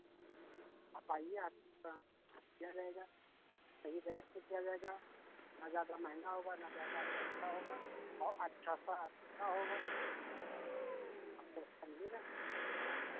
आप आइए आपका दिया जाएगा सही रेट से दिया जाएगा ना ज़्यादा महंगा होगा ना ज़्यादा सस्ता होगा और अच्छा सा अच्छा होगा आपको